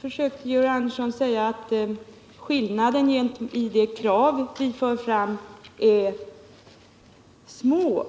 försökte vidare göra gällande att skillnaden mellan de olika krav vi för fram är små.